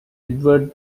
edward